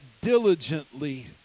diligently